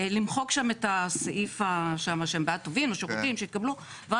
למחוק שם את הסעיף שהם בעד --- שיקבלו ורק